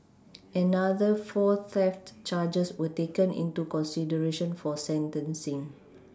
another four theft charges were taken into consideration for sentencing